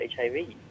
HIV